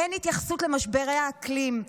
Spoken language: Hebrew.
אין התייחסות למשברי האקלים,